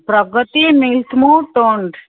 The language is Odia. Pragati milky moo toned